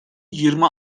yirmi